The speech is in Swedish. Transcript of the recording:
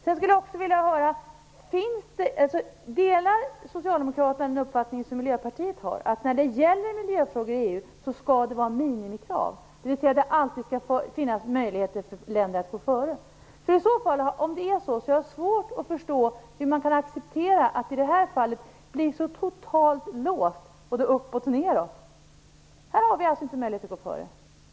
Jag skulle också vilja veta: Delar Socialdemokraterna den uppfattning som Miljöpartiet har, att när det gäller miljöfrågor i EU skall det vara minimikrav, dvs. det skall alltid finnas möjligheter för länder att gå före? Om det är så, har jag svårt att förstå hur man kan acceptera att i det här fallet bli så totalt låst, både uppåt och nedåt. Här har vi alltså inte möjlighet att gå före.